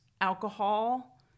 alcohol